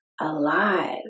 alive